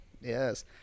yes